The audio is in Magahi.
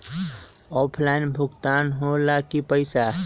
ऑफलाइन भुगतान हो ला कि पईसा?